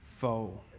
foe